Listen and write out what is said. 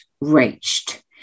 reached